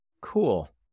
cool